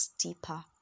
deeper